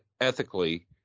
ethically